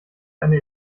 eine